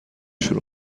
شروع